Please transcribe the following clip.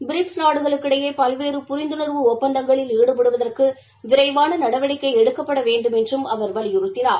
BRICS நாடுகளுக்கிடையே பல்வேறு புரிந்துணா்வு ஒப்பந்தங்களில் ஈடுபடுவதற்கு விரைவாள நடவடிக்கை எடுக்கப்பட வேண்டுமென்றும் அவர் வலியுறுத்தினார்